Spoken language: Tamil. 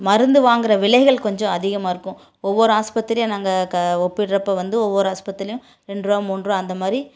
மருந்து வாங்குகிற விலைகள் கொஞ்சம் அதிகமாக இருக்கும் ஒவ்வொரு ஆஸ்பத்திரியாக நாங்கள் ஒப்பிடுறப்ப வந்து ஒவ்வொரு ஆஸ்பத்திரிலேயும் ரெண்டுருவா மூணுருவா அந்த மாதிரி